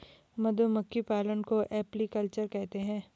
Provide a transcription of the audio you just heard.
मधुमक्खी पालन को एपीकल्चर कहते है